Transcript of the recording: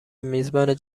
میزبانی